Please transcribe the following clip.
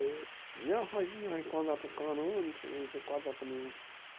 تہٕ یہِ ہسا چھُ یوٚہے قۅدرتُک قانوٗن قۅدرتن یِم